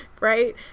right